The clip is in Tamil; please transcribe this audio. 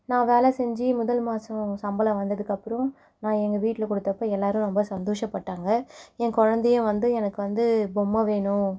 நான் வேலை செஞ்சு முதல் மாதம் சம்பளம் வந்ததுக்கப்புறம் நான் எங்கள் வீட்டில் கொடுத்தப்ப எல்லாரும் ரொம்ப சந்தோஷப்பட்டாங்க என் குழந்தையும் வந்து எனக்கு வந்து பொம்மை வேணும்